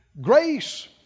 Grace